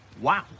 Wow